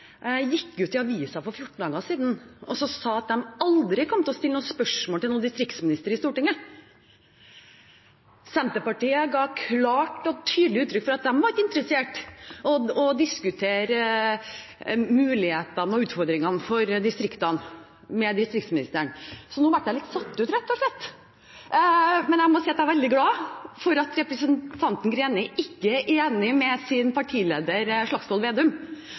gikk ut i avisen for 14 dager siden og sa at de aldri kom til å stille noe spørsmål til noen distriktsminister i Stortinget. Senterpartiet ga klart og tydelig uttrykk for at de ikke var interessert i å diskutere mulighetene og utfordringene for distriktene med distriktsministeren. Så nå ble jeg litt satt ut rett og slett. Men jeg må si at jeg er veldig glad for at representanten Greni ikke er enig med sin partileder, Slagsvold Vedum,